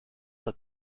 that